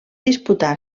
disputà